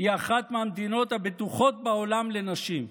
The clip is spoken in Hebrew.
היא אחת מהמדינות הבטוחות בעולם לנשים.